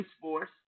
Force